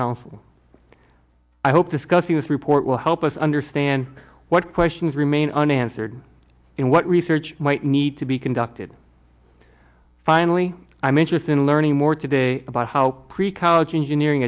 council i hope discussing this report will help us understand what questions remain unanswered and what research might need to be conducted finally i'm interested in learning more today about how pre college engineering